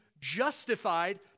justified